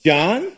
John